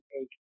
take